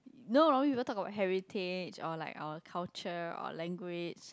no normally people talk about heritage or like our culture or language